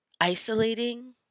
isolating